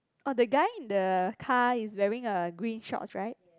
orh the guy in the car is wearing a green shorts right